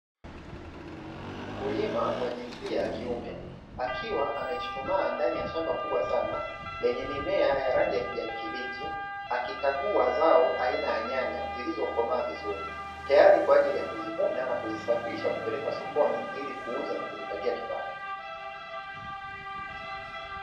Mkulima wa jinsia ya kiume akiwa amechuchumaa ndani ya shamba kubwa sana, lenye mimea ya rangi ya kijani kibichi, akikagua zao aina ya nyanya zilizokomaa vizuri. Tayari kwa ajili ya kuzivuna na kusafirisha na kupeleka sokoni kwa ajili ya kuziuza na kijipatia kipato.